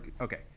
okay